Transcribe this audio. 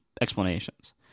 explanations